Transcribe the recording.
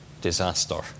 disaster